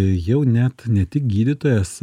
jau net ne tik gydytojas